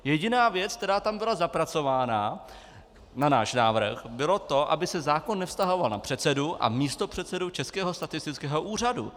Jediná věc, která tam byla zapracována na náš návrh, bylo to, aby se zákon nevztahoval na předsedu a místopředsedu Českého statistického úřadu.